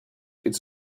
it’s